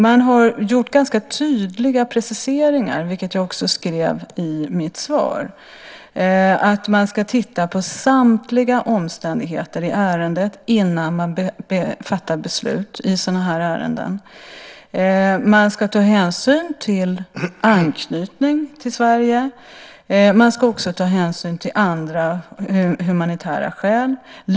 Man har gjort ganska tydliga preciseringar, vilket jag också skrev i mitt svar. Man ska titta på samtliga omständigheter i ärendet innan man fattar beslut i sådana här ärenden. Man ska ta hänsyn till anknytning till Sverige. Man ska också ta hänsyn till andra humanitära skäl.